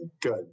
Good